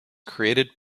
created